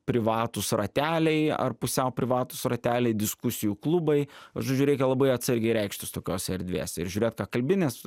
privatūs rateliai ar pusiau privatūs rateliai diskusijų klubai žodžiu reikia labai atsargiai reikštis tokiose erdvėse ir žiurėt ką kalbi nes